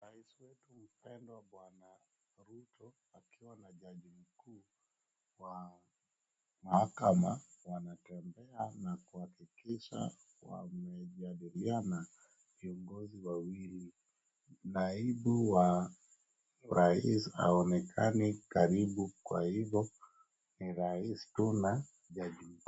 Rais wetu mpendwa bwana Ruto wakiwa na jaji mkuu wa mahakama wanatembea na kuhakikisha wamejadiliana, viongozi wawili, naibu wa rais haonekani karibu kwa hivyo ni rais tu na jaji mkuu.